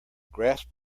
grasp